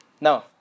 No